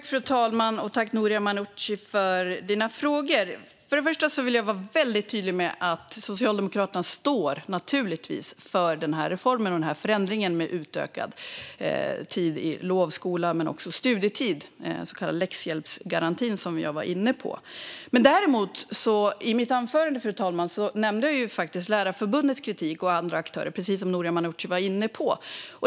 Fru talman! Tack, Noria Manouchi, för dina frågor! Först och främst vill jag vara väldigt tydlig med att Socialdemokraterna naturligtvis står för denna reform och förändring när det gäller utökad tid i lovskola men också studietid, den så kallade läxhjälpsgarantin, som jag var inne på. Fru talman! I mitt anförande nämnde jag kritiken från Lärarförbundet och andra aktörer, precis som Noria Manouchi var inne på.